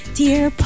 dear